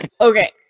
okay